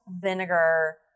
vinegar